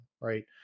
right